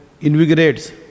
invigorates